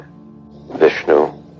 Vishnu